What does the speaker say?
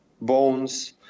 bones